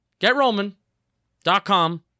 Getroman.com